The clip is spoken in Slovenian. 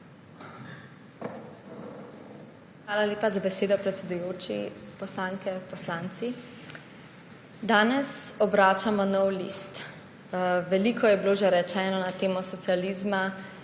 Hvala lepa za besedo, predsedujoča. Poslanke, poslanci! Danes obračamo nov list. Veliko je bilo že rečenega na temo socializma,